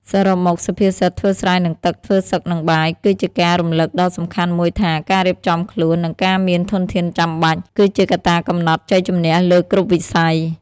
សរុបមក សុភាសិត ធ្វើស្រែនឹងទឹក ធ្វើសឹកនឹងបាយ គឺជាការរំលឹកដ៏សំខាន់មួយថា ការរៀបចំខ្លួន និងការមានធនធានចាំបាច់ គឺជាកត្តាកំណត់ជ័យជម្នះលើគ្រប់វិស័យ។